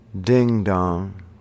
Ding-dong